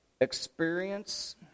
experience